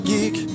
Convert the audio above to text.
Geek